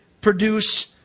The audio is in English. produce